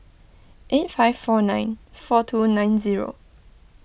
eight five four nine four two nine zero